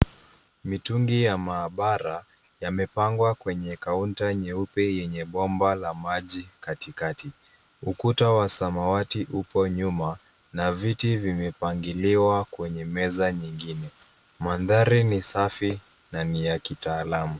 Mitungi ya maabara yamepangwa kwenye kaunta nyeupe yenye bomba la maji katikati. Ukuta wa samawati upo nyuma na viti vimepangiliwa kwenye meza nyingine. Mandhari ni safi na ni ya kitaalamu.